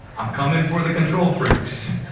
i'm coming for the control freaks.